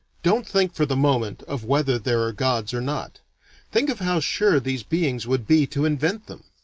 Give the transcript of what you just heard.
don't think for the moment of whether there are gods or not think of how sure these beings would be to invent them.